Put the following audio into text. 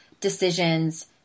decisions